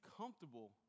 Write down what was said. comfortable